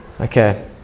okay